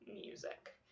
music